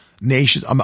nations